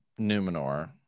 numenor